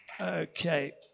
Okay